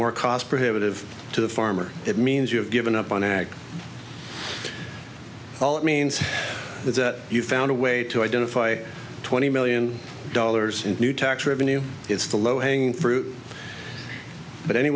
more cost prohibitive to the farmer it means you have given up on ag all it means is that you found a way to identify twenty million dollars in new tax revenue it's the low hanging fruit but any